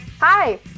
hi